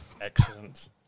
excellent